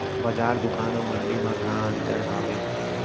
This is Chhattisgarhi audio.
बजार, दुकान अऊ मंडी मा का अंतर हावे?